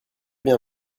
bien